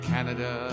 Canada